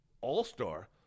all-star